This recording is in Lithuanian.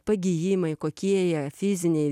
pagijimai kokie jie fiziniai